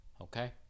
Okay